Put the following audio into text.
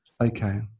Okay